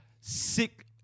Sick